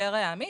לשארי העמית,